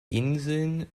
inseln